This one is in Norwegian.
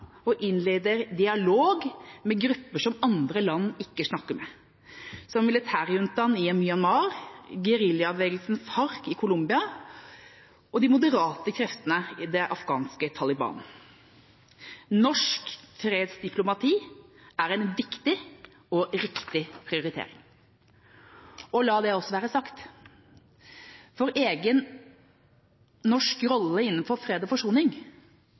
og innleder dialog med grupper som andre land ikke snakker med – som militærjuntaen i Myanmar, geriljabevegelsen FARC i Colombia og de moderate kreftene i det afghanske Taliban. Norsk fredsdiplomati er en viktig og riktig prioritering. La det også være sagt at en norsk rolle innenfor fred og forsoning